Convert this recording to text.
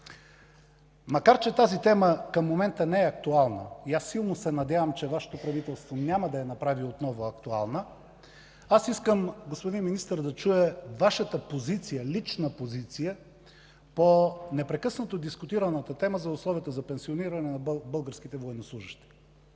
Макар че тази тема към момента не е актуална и силно се надявам, че Вашето правителство няма да я направи отново актуална, аз искам, господин Министър, да чуя Вашата лична позиция по непрекъснато дискутираната тема за условията за пенсиониране на българските военнослужещи.